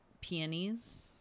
peonies